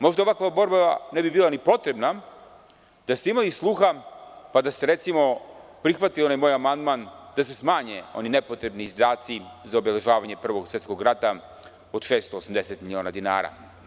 Možda ovakva borba ne bi bila ni potrebna da ste imali sluha pa da ste recimo prihvatili onaj moj amandman da se smanje oni nepotrebni izdaci za obeležavanje Prvog svetskog rata od 680 miliona dinara.